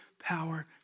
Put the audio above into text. power